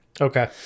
Okay